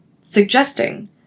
suggesting